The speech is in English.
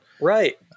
Right